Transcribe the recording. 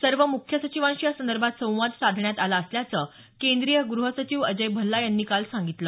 सर्व मुख्य सचिवांशी या संदर्भात संवाद साधण्यात आला असल्याचं केंद्रीय गृह सचिव अजय भल्ला यांनी काल सांगितलं